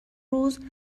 روز